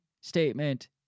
statement